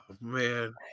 man